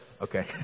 Okay